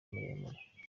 muremure